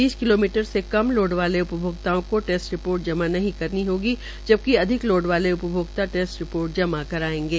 बीस किलोवाट से कम लोड वाले उपभोक्ताओं का टैस्ट रिपोर्ट जाम नही करवानी होगी जबकि अधिक लोड वो उपभोक्ता टेस्ट रिपोर्ट जमा करायेंगे